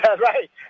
Right